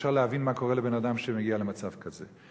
אי-אפשר להבין מה קורה לבן-אדם שמגיע למצב כזה.